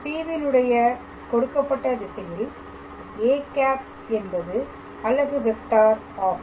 P வின் உடைய கொடுக்கப்பட்ட திசையில் â என்பது அலகு வெக்டார் ஆகும்